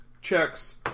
checks